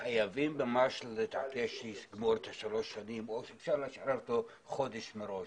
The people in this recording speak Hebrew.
חייבים ממש להתעקש שיגמור את השלוש שנים או שאפשר לשחרר אותו חודש מראש,